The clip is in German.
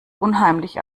unheimlich